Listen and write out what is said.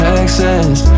Texas